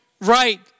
right